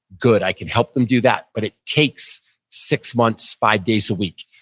good. i can help them do that, but it takes six months, five days a week.